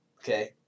okay